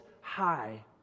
High